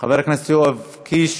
חבר הכנסת יואב קיש,